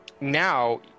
now